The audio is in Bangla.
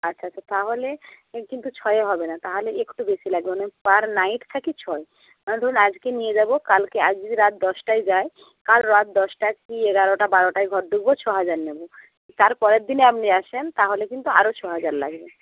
আচ্ছা আচ্ছা তাহলে কিন্তু ছয়ে হবে না তাহলে একটু বেশি লাগবে মানে পার নাইট থাকি ছয় মানে ধরুন আজকে নিয়ে যাব কালকে আজ যদি রাত দশটায় যাই কাল রাত দশটায় কি এগারোটা বারোটায় ঘরে ঢুকব ছহাজার নেব তারপরের দিনে আপনি আসেন তাহলে কিন্তু আরও ছহাজার লাগবে